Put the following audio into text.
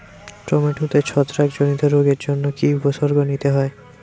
টমেটোতে ছত্রাক জনিত রোগের জন্য কি উপসর্গ নিতে হয়?